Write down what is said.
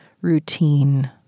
routine